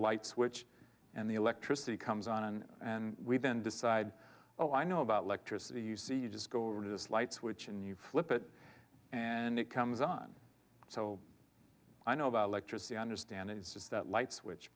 light switch and the electricity comes on and we've been decide oh i know about electricity you see you just go over to this light switch and you flip it and it comes on so i know about electricity i understand it's just that light switch